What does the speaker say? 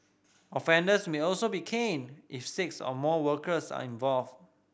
offenders may also be caned if six or more workers are involved